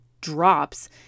drops